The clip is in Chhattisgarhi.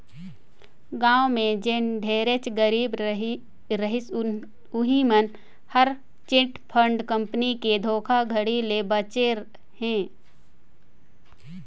गाँव में जेन ढेरेच गरीब रहिस उहीं मन हर चिटफंड कंपनी के धोखाघड़ी ले बाचे हे